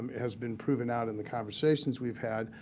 has been proven out and the conversations we've had.